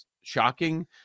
shocking